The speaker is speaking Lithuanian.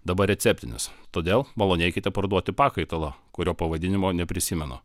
dabar receptinis todėl malonėkite parduoti pakaitalo kurio pavadinimo neprisimenu